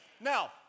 Now